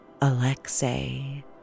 Alexei